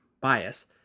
bias